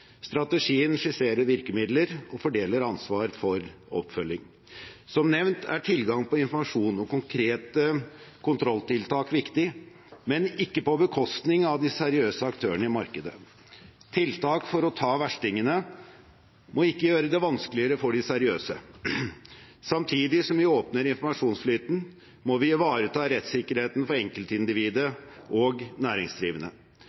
Strategien skisserer virkemidler og fordeler ansvar for oppfølging. Som nevnt er tilgang på informasjon og konkrete kontrolltiltak viktig, men ikke på bekostning av de seriøse aktørene i markedet. Tiltak for å ta verstingene må ikke gjøre det vanskeligere for de seriøse. Samtidig som vi åpner informasjonsflyten, må vi ivareta rettssikkerheten for enkeltindividet og næringsdrivende.